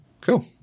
Cool